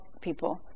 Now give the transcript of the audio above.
people